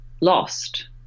lost